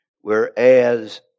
whereas